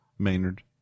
Maynard